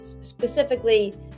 specifically